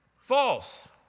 False